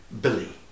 Billy